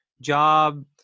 job